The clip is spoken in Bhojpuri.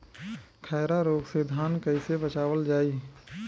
खैरा रोग से धान कईसे बचावल जाई?